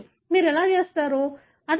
మీరు ఎలా చేస్తారు